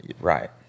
Right